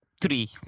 Three